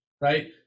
right